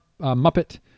Muppet